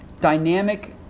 Dynamic